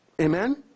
Amen